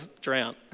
drown